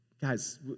Guys